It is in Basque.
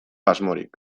asmorik